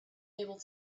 able